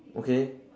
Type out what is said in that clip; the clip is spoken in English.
okay